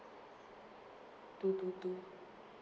two two two